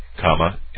comma